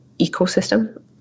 ecosystem